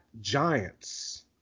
Giants